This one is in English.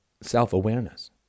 self-awareness